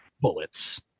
bullets